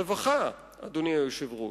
רווחה, אדוני היושב-ראש,